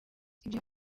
ibyo